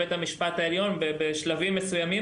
לפסיקת בית המשפט העליון בבג"צ שטח המחיה,